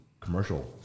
commercial